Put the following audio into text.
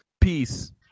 peace